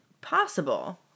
possible